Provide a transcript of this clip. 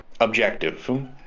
objective